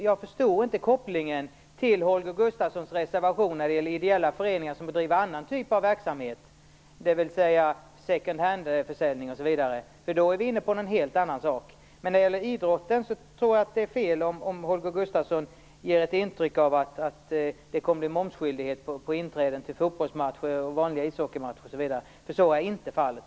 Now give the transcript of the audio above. Jag förstår inte kopplingen till Holger Gustafssons reservation när det gäller ideella föreningar som bedriver annan typ av verksamhet, dvs. second handförsäljning. Då är vi inne på en helt annan sak. Men när det gäller idrotten tror jag att det som Holger Gustafsson ger ett intryck av är fel, att det kommer att bli momsskyldighet på inträden till fotbollsmatcher, vanliga ishockeymatcher osv. Så är inte fallet.